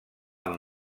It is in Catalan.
amb